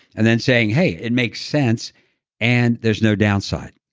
and then saying, hey, it makes sense and there's no downside.